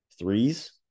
threes